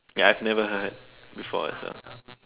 ya I've never heard before also